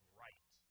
right